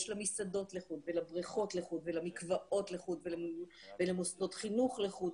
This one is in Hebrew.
יש למסעדות לחוד ולבריכות לחוד ולמקוואות לחוד ולמוסדות חינוך לחוד.